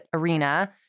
arena